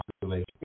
population